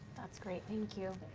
that's great, thank you.